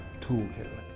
toolkit